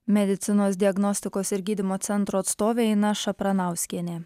medicinos diagnostikos ir gydymo centro atstovė ina šapranauskienė